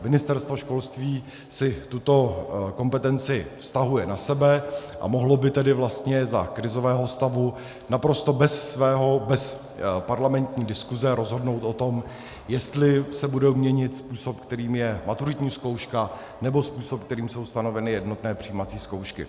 Ministerstvo školství si tuto kompetenci vztahuje na sebe, a mohlo by tedy vlastně za krizového stavu naprosto bez parlamentní diskuse rozhodnout o tom, jestli se bude měnit způsob, kterým je maturitní zkouška, nebo způsob, kterým jsou stanoveny jednotné přijímací zkoušky.